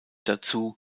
dazu